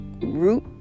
root